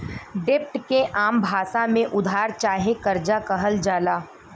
डेब्ट के आम भासा मे उधार चाहे कर्जा कहल जाला